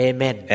Amen